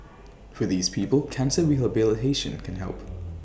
for these people cancer rehabilitation can help